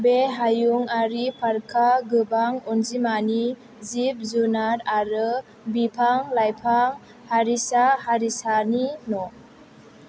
बे हायुङारि पार्कआ गोबां अनजिमानि जिब जुनार आरो बिफां लाइफां हारिसा हारिसानि न'